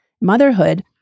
motherhood